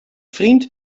vriend